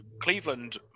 Cleveland